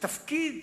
בתפקיד